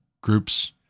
groups